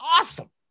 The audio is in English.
awesome